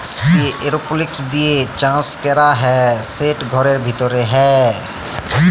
এরওপলিক্স দিঁয়ে চাষ ক্যরা হ্যয় সেট ঘরের ভিতরে হ্যয়